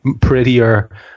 prettier